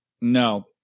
No